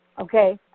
Okay